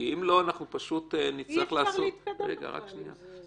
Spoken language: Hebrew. כי אם לא אנחנו פשוט נצטרך --- אי אפשר להתקדם בכלל עם זה.